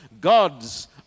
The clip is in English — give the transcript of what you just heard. God's